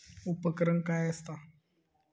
उपकरण काय असता?